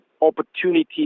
opportunity